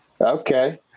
okay